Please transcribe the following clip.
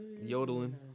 Yodeling